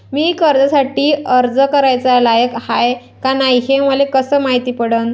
मी कर्जासाठी अर्ज कराचा लायक हाय का नाय हे मले कसं मायती पडन?